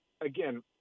again